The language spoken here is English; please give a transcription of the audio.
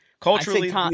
Culturally